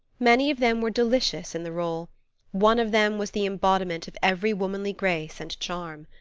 many of them were delicious in the role one of them was the embodiment of every womanly grace and charm.